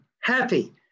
happy